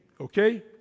Okay